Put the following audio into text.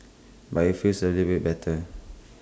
but IT feels A little bit better